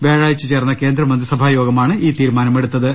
വ്യാഴാഴ്ച ചേർന്ന കേന്ദ്രമന്ത്രിസഭാ യോഗമാണ് ഈ തീരുമാനമെടുത്തത്